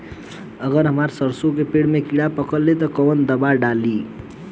अगर हमार सरसो के पेड़ में किड़ा पकड़ ले ता तऽ कवन दावा डालि?